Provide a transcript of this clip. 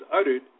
uttered